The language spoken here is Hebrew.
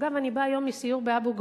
אגב, אני באה היום מסיור באבו-גוש.